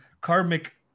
karmic